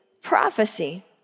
prophecy